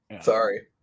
Sorry